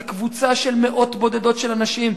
זו קבוצה של מאות בודדות של אנשים,